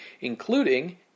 including